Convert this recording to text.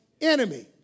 enemy